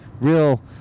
real